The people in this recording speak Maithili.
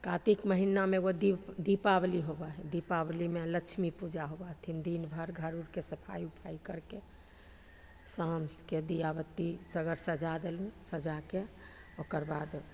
कातिक महिनामे एगो दी दीपावली होबै हइ दीपावलीमे लक्ष्मी पूजा होबै हथिन दिनभरि घर उरके सफाइ उफाइ करिके शामके दीआ बाती सगर सजा देलहुँ सजाके ओकर बाद